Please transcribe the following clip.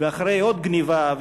ואחרי עוד גנבה,